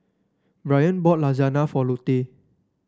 Bryan bought Lasagna for Lute